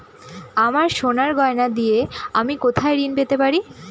আমার সোনার গয়নার দিয়ে আমি কোথায় ঋণ পেতে পারি?